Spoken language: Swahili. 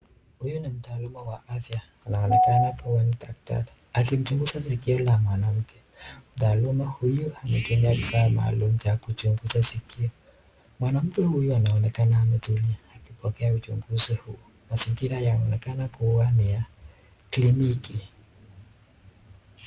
Huyu ni mtaalamu wa afya. Anaonekana kuwa ni daktari akimchunguza sikio la mwanamke. Mtaalamu huyu anatumia vifaa maalum cha kuchunguza sikio. Mwanamke huyu anaonekana ametulia akipokea uchunguzi huu. Mazingira yanaonekana kuwa ni ya kliniki.